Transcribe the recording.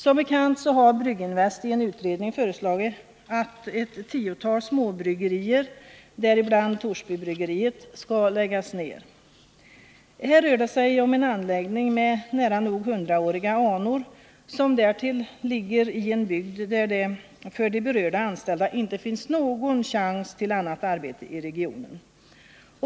Som bekant har Brygginvest i en utredning föreslagit att ett tiotal småbryggerier, däribland Torsbybryggeriet, skall läggas ner. Här rör det sig om en anläggning med nära nog hundraåriga anor som därtill ligger i en bygd där det för de berörda anställda inte finns någon chans till annat arbete i regionen.